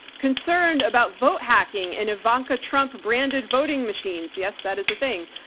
concerned about vote hacking and ivanka trump branded voting machines? yes, that is a thing.